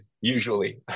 usually